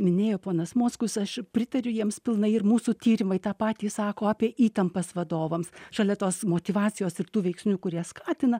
minėjo ponas mockus aš pritariu jiems pilnai ir mūsų tyrimai tą patį sako apie įtampas vadovams šalia tos motyvacijos ir tų veiksnių kurie skatina